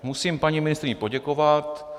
Musím paní ministryni poděkovat.